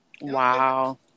Wow